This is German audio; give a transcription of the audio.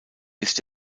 ist